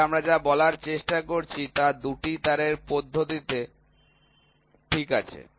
তাহলে আমরা যা বলার চেষ্টা করছি তা ২টি তারের পদ্ধতিতে ঠিক আছে